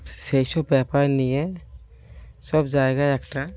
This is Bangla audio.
সেই সব ব্যাপার নিয়ে সব জায়গায় একটা